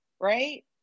right